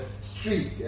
street